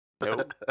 Nope